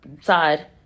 side